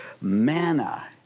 manna